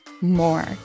more